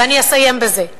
ואני אסיים בזה,